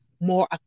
more